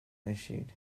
issued